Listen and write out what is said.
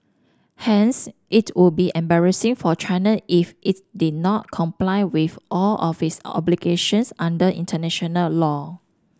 hence it would be embarrassing for China if it did not comply with all of its obligations under international law